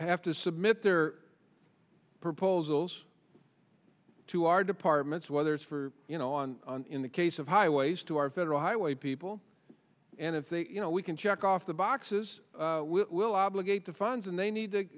have to submit their proposals to our departments whether it's for you know on in the case of highways to our federal highway people and if they you know we can check off the boxes we'll obligate the funds and they need to